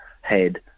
head